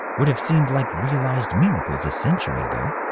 would have seemed like realized miracles a century ago.